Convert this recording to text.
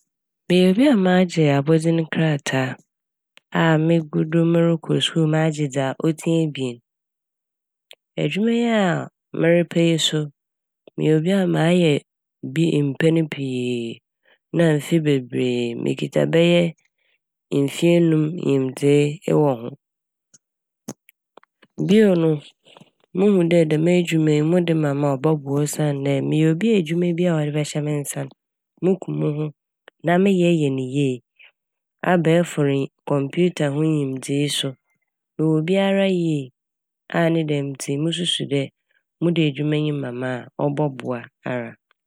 Meyɛ obi a magye abɔdzen krataa a megu do rokɔ skuul magye dza otsia ebien. Edwuma yi a merepɛ yi so, meyɛ obi a mayɛ bi mpɛn pii na mfe bebree. Mikitsa bɛyɛ mfe enum nyimdzee ewɔ ho. Bio no muhu dɛ dɛm edwuma yi mode ma me a ɔbɔboa osiandɛ meyɛ obi a edwuma biara wɔde bɛhyɛ me nsa n' muku moho na meyɛ yɛ ne yie. Abɛafor yi kɔmpiwta no ho nyimdzee so mowɔ biara yie a ne dɛm ntsi mususu dɛ mode edwuma yi ma me a ɔbɔboa ara.